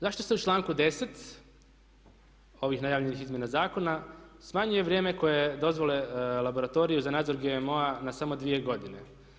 Zašto se u članku 10. ovih najavljenih izmjena zakona smanjuje vrijeme koje dozvole laboratoriju za nadzor GMO-a na samo dvije godine.